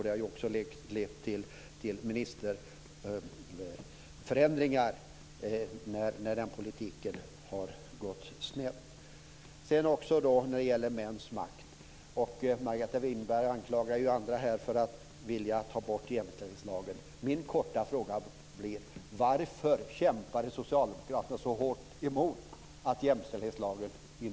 Det har också lett till ministerförändringar när den politiken har gått snett. När det gäller mäns makt anklagar Margareta Winberg andra här för att vilja ta bort jämställdhetslagen. Min korta fråga blir: Varför kämpade Socialdemokraterna så hårt emot införandet av jämställdhetslagen?